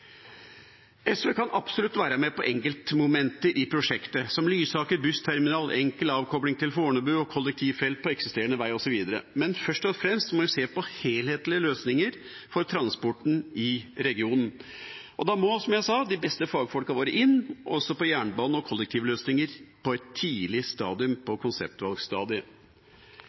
SV kan absolutt være med på enkeltmomenter i prosjektet, som Lysaker bussterminal, enkel avkopling til Fornebu og kollektivfelt på eksisterende vei osv., men først og fremst må vi se på helhetlige løsninger for transporten i regionen. Og da må, som jeg sa, de beste fagfolkene våre inn, også på jernbane- og kollektivløsninger, på et tidlig konseptstadium. Det er ikke aktuelt for SV å være med på